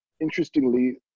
interestingly